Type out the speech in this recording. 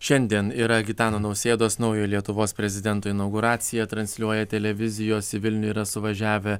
šiandien yra gitano nausėdos naujo lietuvos prezidento inauguracija transliuoja televizijos į vilnių yra suvažiavę